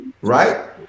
right